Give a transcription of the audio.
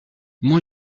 mon